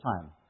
time